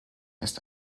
ist